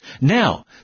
Now